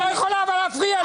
אל תפריעי לי.